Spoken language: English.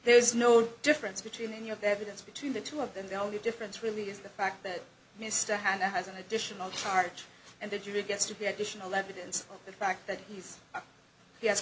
there is no difference between any of the evidence between the two of them the only difference really is the fact that mr hanna has an additional charge and they do it gets to be additional evidence of the fact that he's